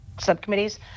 subcommittees